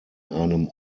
einem